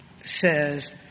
says